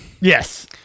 Yes